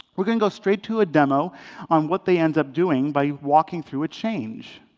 we're going to go straight to a demo on what they end up doing by walking through a change.